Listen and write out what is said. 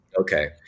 okay